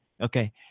Okay